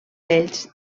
vells